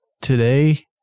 today